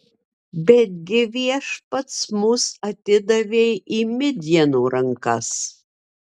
betgi viešpats mus atidavė į midjano rankas